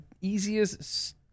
easiest